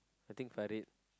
I think Farid